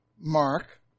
Mark